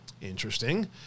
Interesting